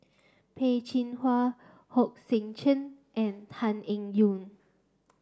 Peh Chin Hua Hong Sek Chern and Tan Eng Yoon